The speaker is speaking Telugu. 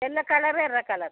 తెల్ల కలర్ ఎర్ర కలర్